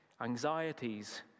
anxieties